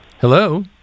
Hello